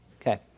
Okay